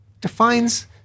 defines